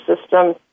system